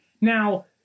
Now